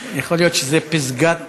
יכול להיות שזו פסגת חלומותי.